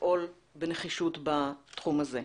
לפעול בנחישות בתחום הזה.